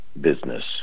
business